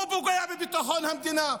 הוא פוגע בביטחון המדינה.